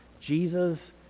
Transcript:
Jesus